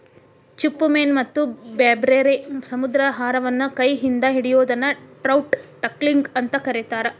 ಚಿಪ್ಪುಮೇನ ಮತ್ತ ಬ್ಯಾರ್ಬ್ಯಾರೇ ಸಮುದ್ರಾಹಾರವನ್ನ ಕೈ ಇಂದ ಹಿಡಿಯೋದನ್ನ ಟ್ರೌಟ್ ಟಕ್ಲಿಂಗ್ ಅಂತ ಕರೇತಾರ